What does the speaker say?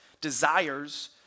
desires